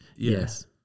Yes